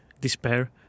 despair